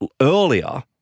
earlier